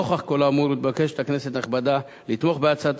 נוכח כל האמור מתבקשת הכנסת הנכבדה לתמוך בהצעת